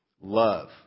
Love